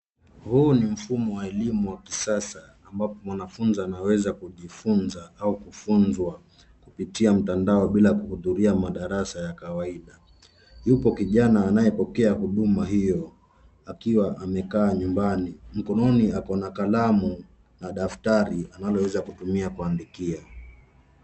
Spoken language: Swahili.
Huu ni mfumo wa elimu wa kisasa, ambapo mwanafunzi anaweza kujifunza au kufunzwa kupitia mtandao bila kuhudhuria madarasa ya kawaida. Yupo kijana anayepokea huduma hiyo akiwa amekaa nyumbani. Mkononi ako na kalamu na daftari analoweza kutumia kuandikia.